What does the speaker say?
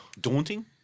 Daunting